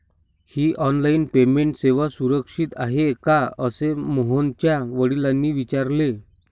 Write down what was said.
ही online payment सेवा सुरक्षित आहे का असे मोहनच्या वडिलांनी विचारले